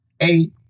Eight